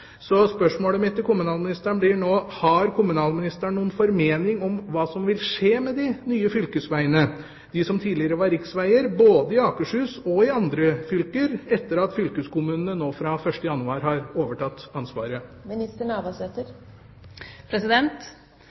Så spørsmålet mitt til kommunalministeren blir nå: Har kommunalministeren noen formening om hva som vil skje med de nye fylkesvegene, de som tidligere var riksveger, både i Akershus og i andre fylker, etter at fylkeskommunene fra 1. januar har overtatt ansvaret?